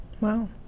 Wow